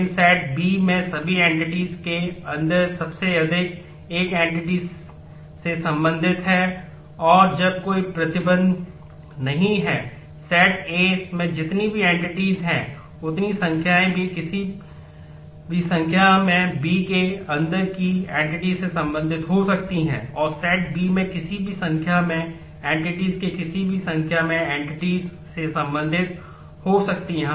तो A से B many to 1 है जहां सेट से संबंधित हो सकती हैं